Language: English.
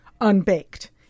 unbaked